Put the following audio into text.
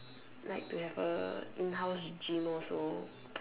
like to have a in house gym also